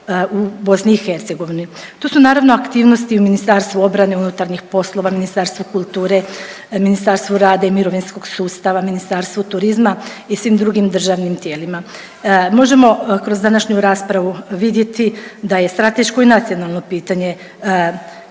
u BiH. Tu su naravno aktivnosti i u Ministarstvu obrane, unutarnjih poslova, Ministarstvu kulture, Ministarstvu rada i mirovinskog sustava, Ministarstvu turizma i svim drugim državnim tijelima. Možemo kroz današnju raspravu vidjeti da je strateško i nacionalno pitanje